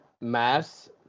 Mass